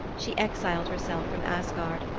she exiled herself from asgard,